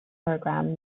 programme